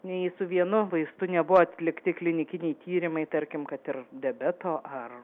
nei su vienu vaistu nebuvo atlikti klinikiniai tyrimai tarkim kad ir diabeto ar